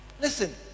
listen